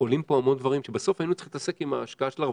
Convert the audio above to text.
עולים פה המון דברים שבסוף היינו צריכים להתעסק עם ההשקעה של הרווחים,